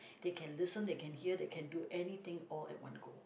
they can listen they can hear they can do anything all at one go